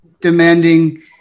demanding